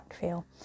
feel